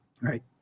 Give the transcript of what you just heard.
Right